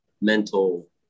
mental